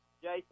jason